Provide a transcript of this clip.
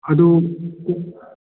ꯑꯗꯨ ꯀꯣꯛ